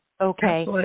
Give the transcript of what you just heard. Okay